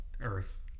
earth